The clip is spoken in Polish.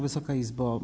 Wysoka Izbo!